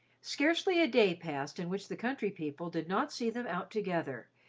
scarcely a day passed in which the country people did not see them out together,